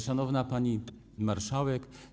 Szanowna Pani Marszałek!